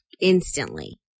instantly